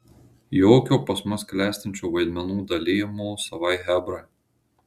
jokio pas mus klestinčio vaidmenų dalijimo savai chebrai